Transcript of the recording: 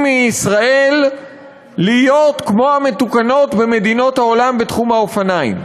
מישראל להיות כמו המתוקנות במדינות העולם בתחום האופניים.